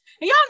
y'all